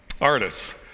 artists